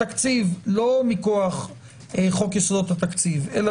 התקציב לא מכוח חוק יסודות התקציב אלא